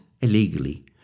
illegally